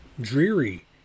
dreary